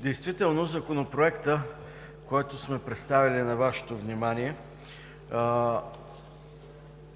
Действително Законопроектът, който сме представили на Вашето внимание,